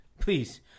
Please